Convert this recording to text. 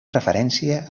referència